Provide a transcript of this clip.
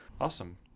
Awesome